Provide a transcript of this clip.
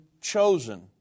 chosen